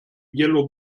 yellow